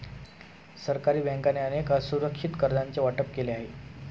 सरकारी बँकांनी अनेक असुरक्षित कर्जांचे वाटप केले आहे